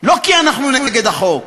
לא כי אנחנו נגד החוק.